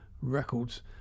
Records